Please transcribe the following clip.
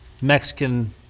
mexican